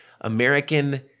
American